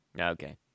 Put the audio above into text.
Okay